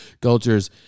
cultures